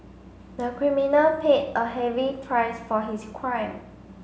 the criminal paid a heavy price for his crime